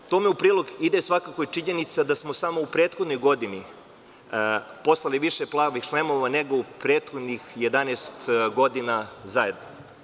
Tome u prilog ide i činjenica da smo samo u prethodnoj godini poslali više „plavih šlemova“ nego u prethodnih 11 godina zajedno.